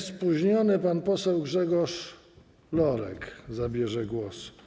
Spóźniony pan poseł Grzegorz Lorek zabierze głos.